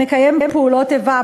מקיים פעולות איבה,